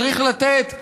צריך לתת מענה,